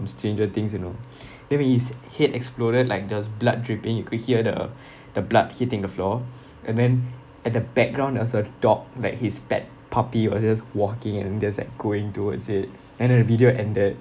from stranger things you know then when his head exploded like the blood dripping you could hear the the blood hitting the floor and then at the background there was a dog like his pet puppy was just walking and just like going towards it and then the video ended